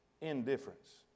Indifference